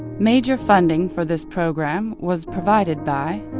major funding for this program was provided by